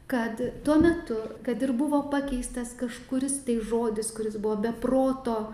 kad tuo metu kad ir buvo pakeistas kažkuris tai žodis kuris buvo be proto